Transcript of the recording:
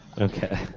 Okay